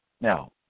Now